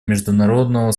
международного